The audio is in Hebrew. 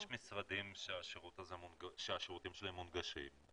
יש משרדים שהשירותים שלהם מונגשים.